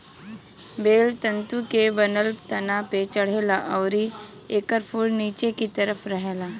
बेल तंतु के बनल तना पे चढ़ेला अउरी एकर फूल निचे की तरफ रहेला